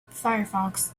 firefox